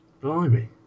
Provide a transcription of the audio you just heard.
blimey